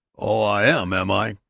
oh, i am, am i!